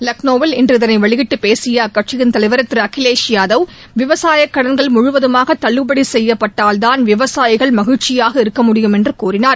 லக்னோவில் இன்று இதனைவெளியிட்டுபேசியஅக்கட்சியின் தலைவர் திருஅகிஷே் யாதவ் விவசாயகடன்கள் முழுவதுமாகதள்ளுபடிசெய்யப்பட்டால்தான் விவசாயிகள் மகிழ்ச்சியாக இருக்க முடியும் என்றுகூறினார்